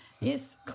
yes